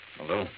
Hello